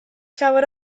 llawer